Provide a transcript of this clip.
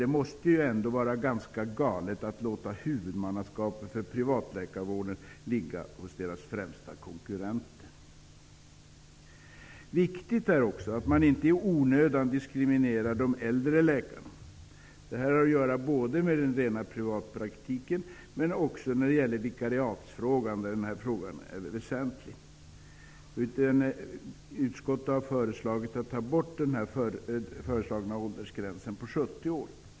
Det måste ju ändå vara galet att låta huvudmannaskapet för privatläkarvården ligga hos läkarnas främsta konkurrenter. Viktigt är också att man inte i onödan diskriminerar de äldre läkarna. Det här har att göra med den rena privatläkarpraktiken men är också med vikariatsfrågan. Utskottet har föreslagit att ta bort åldersgränsen 70 år.